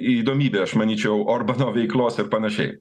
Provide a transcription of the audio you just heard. įdomybė aš manyčiau orbano veiklos ir panašiai